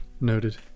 Noted